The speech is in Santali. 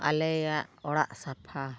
ᱟᱞᱮᱭᱟᱜ ᱚᱲᱟᱜ ᱥᱟᱯᱷᱟ